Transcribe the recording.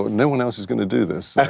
ah no one else is gonna do this.